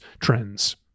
trends